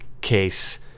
case